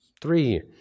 three